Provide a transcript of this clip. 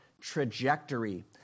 trajectory